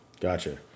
Gotcha